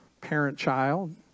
parent-child